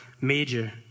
major